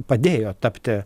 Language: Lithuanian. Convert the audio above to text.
padėjo tapti